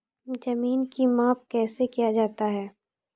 जमीन की माप कैसे किया जाता हैं?